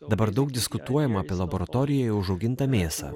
dabar daug diskutuojama apie laboratorijoje užaugintą mėsą